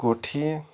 گوٚو ٹھیٖک